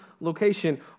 location